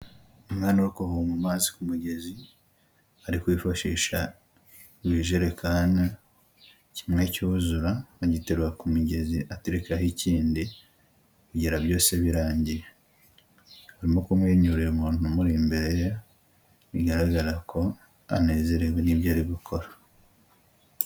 Umwana uri kuvoma amazi ku mugezi, ari kwifashisha ibijerekani kimwe cyuzura agiterura ku migezi aterekaho ikindi kugera byose birangiye. Arimo kumwenyurira umuntu umuri imbere ye, bigaragara ko anezerewe n'ibyo ari gukora.